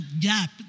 gap